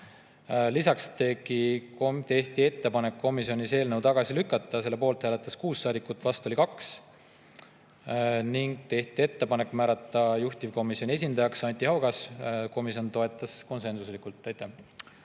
Lisaks tehti ettepanek eelnõu tagasi lükata. Selle poolt hääletas 6 saadikut, vastu oli 2. Ning tehti ettepanek määrata juhtivkomisjoni esindajaks Anti Haugas. Komisjon toetas seda konsensuslikult.